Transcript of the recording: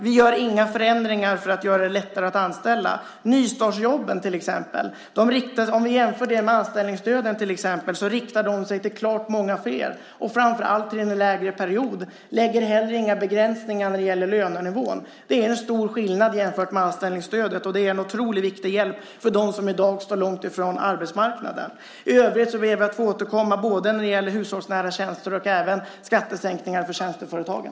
Vi gör inga förändringar för att göra det lättare att anställa, säger Ulf Holm. Låt oss jämföra nystartsjobben med anställningsstöden. Nystartsjobben riktar sig till klart många flera, och framför allt under en längre period. De innebär inte heller några begränsningar när det gäller lönenivån. Det är en stor skillnad jämfört med anställningsstödet, och det är en otroligt viktig hjälp för dem som i dag står långt från arbetsmarknaden. I övrigt ber vi att få återkomma både när det gäller hushållsnära tjänster och skattesänkningar för tjänsteföretagen.